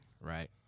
Right